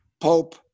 Pope